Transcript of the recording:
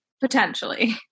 potentially